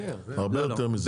הרבה יותר מזה.